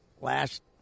last